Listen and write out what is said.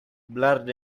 blurred